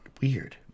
weird